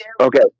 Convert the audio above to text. Okay